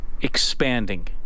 expanding